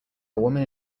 woman